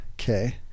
okay